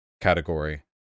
category